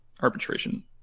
arbitration